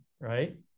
right